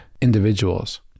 individuals